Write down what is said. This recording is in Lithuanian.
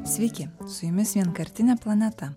sveiki su jumis vienkartinė planeta